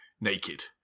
naked